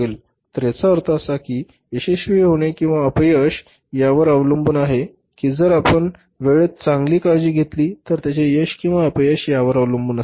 तर याचा अर्थ असा की यशस्वी होणे किंवा अपयश यावर अवलंबून आहे की जर आपण वेळेत चांगली काळजी घेतली तर त्याचे यश किंवा अपयश यावर अवलंबून असते